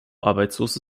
arbeitslose